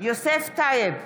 יוסף טייב,